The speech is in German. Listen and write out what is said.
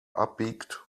abbiegt